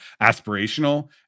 aspirational